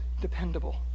dependable